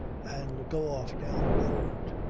and go off down the road.